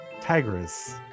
tigris